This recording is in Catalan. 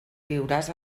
viuràs